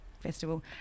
festival